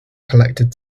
collected